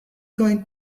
going